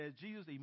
Jesus